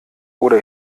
oder